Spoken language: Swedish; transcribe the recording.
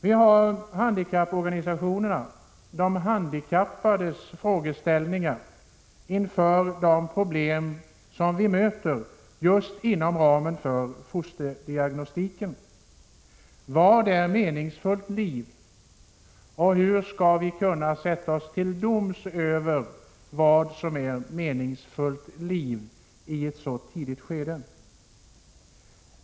Vi möter här de handikappades och deras organisationers frågeställningar inför de problem som fosterdiagnostiken aktualiserar. Hur skall vi kunna fälla avgöranden om vad som är meningsfullt liv i detta tidiga skede?